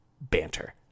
banter